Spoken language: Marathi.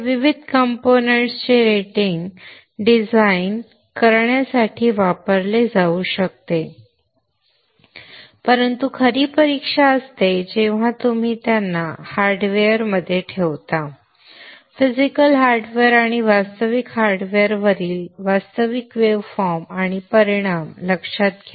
हे विविध कंपोनेंट्स चे रेटिंग डिझाइन करण्यासाठी वापरले जाऊ शकते परंतु खरी परीक्षा असते जेव्हा तुम्ही त्यांना हार्डवेअर मध्ये ठेवता फिजिकल हार्डवेअर आणि वास्तविक हार्डवेअरवरील वास्तविक वेव्हफॉर्म आणि परिणाम लक्षात घ्या